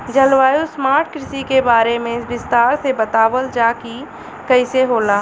जलवायु स्मार्ट कृषि के बारे में विस्तार से बतावल जाकि कइसे होला?